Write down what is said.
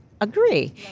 agree